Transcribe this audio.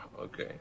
okay